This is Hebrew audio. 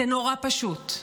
זה נורא פשוט.